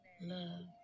love